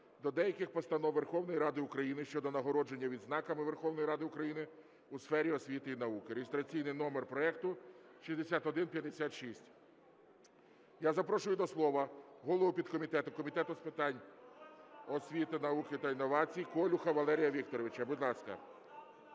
до деяких постанов Верховної Ради України щодо нагородження відзнаками Верховної Ради України у сфері освіти і науки (реєстраційний номер проекту 6156). Я запрошую до слова голову підкомітету Комітету з питань освіти, науки та інновацій Колюха Валерія Вікторовича. Будь ласка.